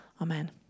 Amen